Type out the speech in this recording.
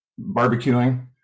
barbecuing